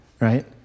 right